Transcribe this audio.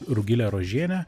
rugile rožiene